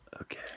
Okay